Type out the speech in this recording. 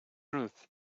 ruth